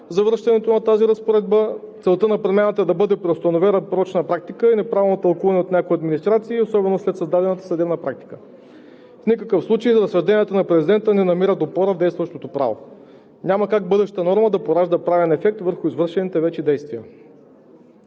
за връщането на тази разпоредба. Целта на промяната е да бъде преустановена порочна практика и неправилно тълкуване от някои администрации, особено след създадената съдебна практика. В никакъв случай разсъжденията на президента не намират опора в действащото право. Няма как бъдеща норма да поражда правен ефект върху извършените вече действия.